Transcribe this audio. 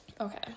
okay